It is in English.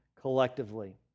collectively